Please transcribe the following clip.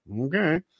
Okay